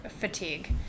fatigue